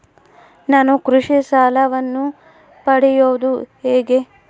ನಾನು ಕೃಷಿ ಸಾಲವನ್ನು ಪಡೆಯೋದು ಹೇಗೆ?